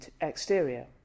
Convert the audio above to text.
exterior